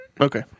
Okay